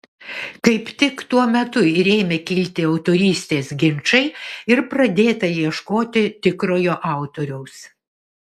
kaip tik tuo metu ir ėmė kilti autorystės ginčai ir pradėta ieškoti tikrojo autoriaus